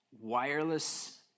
wireless